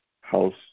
house